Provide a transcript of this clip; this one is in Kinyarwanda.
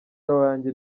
wanjye